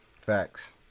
facts